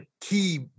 key